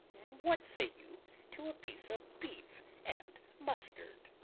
what say you to a piece of beef and mustard?